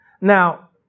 Now